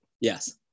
Yes